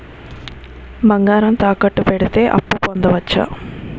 బంగారం తాకట్టు కి పెడితే అప్పు పొందవచ్చ?